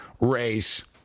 race